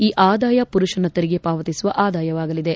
ಈ ಆದಾಯ ಪುರುಷನ ತೆರಿಗೆ ಪಾವತಿಸುವ ಆದಾಯವಾಗಲಿದೆ